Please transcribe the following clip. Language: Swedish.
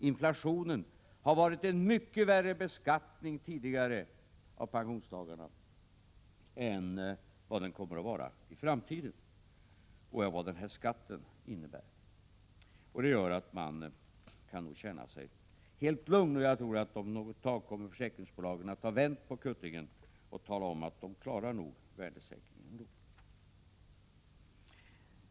Inflationen har tidigare inneburit en mycket värre beskattning av pensionstagarna än vad den kommer att göra i framtiden och vad den här skatten innebär. Det gör att man nog kan känna sig helt lugn. Jag tror att försäkringsbolagen om något tag kommer att ha vänt på kuttingen och tala om att de nog ändå klarar värdesäkringen.